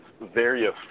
various